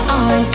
on